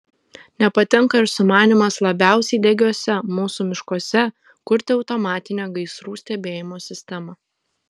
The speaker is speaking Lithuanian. nepatinka ir sumanymas labiausiai degiuose mūsų miškuose kurti automatinę gaisrų stebėjimo sistemą